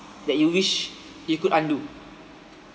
that you wish you could undo